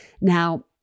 Now